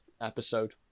episode